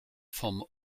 vom